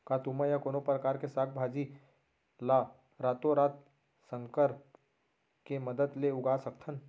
का तुमा या कोनो परकार के साग भाजी ला रातोरात संकर के मदद ले उगा सकथन?